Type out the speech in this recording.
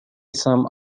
some